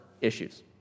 issues